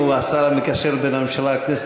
שהוא השר המקשר בין הממשלה לכנסת,